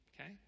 Okay